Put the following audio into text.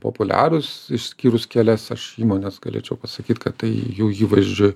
populiarūs išskyrus kelias aš įmones galėčiau pasakyt kad tai jų įvaizdžiui